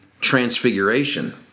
Transfiguration